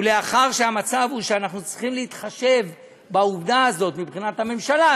ולאחר שהמצב הוא שאנחנו צריכים להתחשב בעובדה הזאת מבחינת הממשלה,